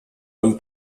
own